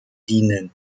dienen